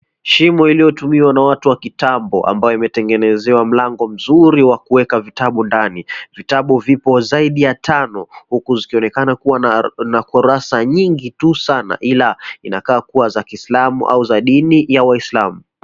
Shimo iliyotumiwa na watu wa kitambo ambayo imetengenezewa mlango mzuri wa kuweka vitabu ndani. Vitabu vipo zaidi ya tano huku zikionekana kuwa na kurasa nyingi tu sana ila inakaa kuwa za kislamu au za dini ya waislamu.